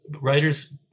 writers